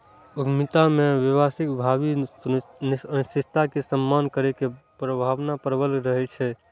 उद्यमिता मे व्यवसायक भावी अनिश्चितता के सामना करै के भावना प्रबल रहै छै